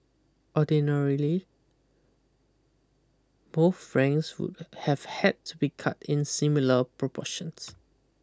ordinarily both franks would have had to be cut in similar proportions